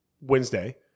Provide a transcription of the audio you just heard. Wednesday